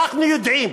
אנחנו יודעים,